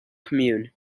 commune